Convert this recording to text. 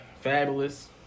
Fabulous